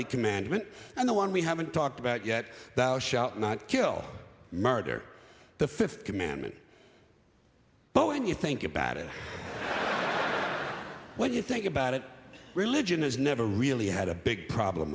y commandment and the one we haven't talked about yet thou shalt not kill murder the fifth commandment but when you think about it when you think about it religion has never really had a big problem